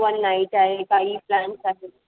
one night आहे काही plans आहेत